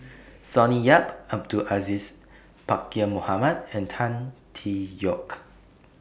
Sonny Yap Abdul Aziz Pakkeer Mohamed and Tan Tee Yoke